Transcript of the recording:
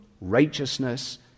righteousness